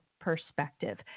perspective